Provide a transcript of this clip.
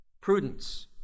Prudence